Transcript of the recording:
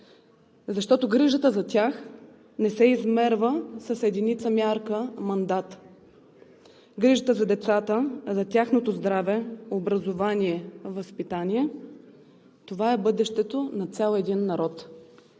защото грижата за тях не се измерва с единица мярка мандат. Грижата за децата, за тяхното здраве, образование и възпитание – това е бъдещето на цял един народ.